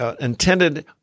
intended